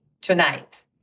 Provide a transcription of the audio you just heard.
tonight